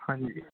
ਹਾਂਜੀ